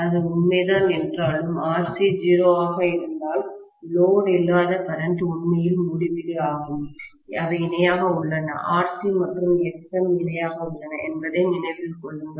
அது உண்மைதான் என்றாலும் RC 0 ஆக இருந்தால் லோடு இல்லாத கரண்ட் உண்மையில் முடிவிலி ஆகும் அவை இணையாக உள்ளன RC மற்றும் Xm இணையாக உள்ளன என்பதை நினைவில் கொள்ளுங்கள்